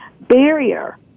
barrier